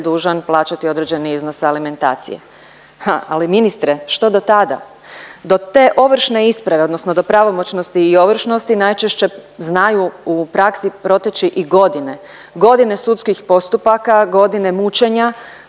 dužan plaćati određeni iznos alimentacije. Ha, ali ministre što do tada? Do te ovršne isprave odnosno do pravomoćnosti i ovršnosti najčešće znaju u praksi proteći i godine, godine sudskih postupaka, godine mučenja,